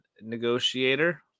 negotiator